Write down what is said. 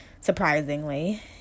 surprisingly